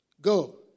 go